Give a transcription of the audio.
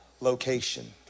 location